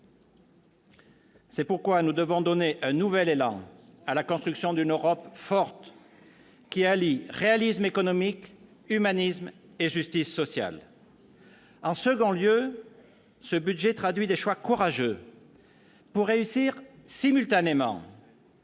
C'est pourquoi nous devons donner un nouvel élan à la construction d'une Europe forte, qui allie réalisme économique, humanisme et justice sociale. En second lieu, ce budget traduit des choix courageux, l'objectif étant de réussir simultanément